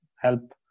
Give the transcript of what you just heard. help